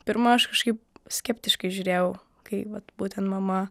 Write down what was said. pirma aš kažkaip skeptiškai žiūrėjau kai vat būtent mama